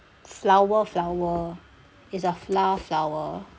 flower flower it's the flour flower